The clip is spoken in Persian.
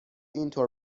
اینطور